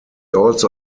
also